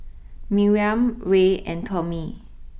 Miriam Ray and Tommie